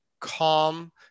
calm